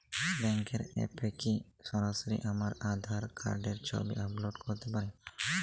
ব্যাংকের অ্যাপ এ কি সরাসরি আমার আঁধার কার্ড র ছবি আপলোড করতে পারি?